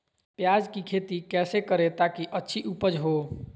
प्याज की खेती कैसे करें ताकि अच्छी उपज हो?